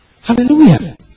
Hallelujah